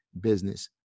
business